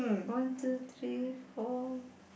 one two three four